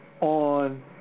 on